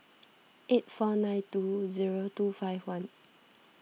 eight four nine two zero two five one